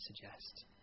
suggest